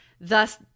Thus